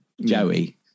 Joey